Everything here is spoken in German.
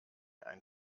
ein